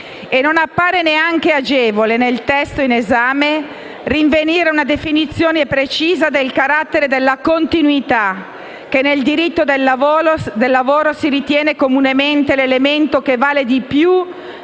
E non appare neanche agevole nel testo in esame rinvenire una definizione precisa del carattere della continuità, che nel diritto del lavoro si ritiene comunemente l'elemento che vale più